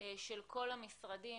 של כול המשרדים,